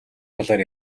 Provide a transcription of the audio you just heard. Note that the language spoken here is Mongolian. талаар